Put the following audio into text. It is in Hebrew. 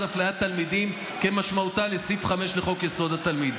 אפליית תלמידים כמשמעותה בסעיף 5 לחוק זכויות התלמיד,